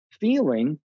feeling